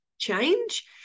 change